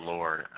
Lord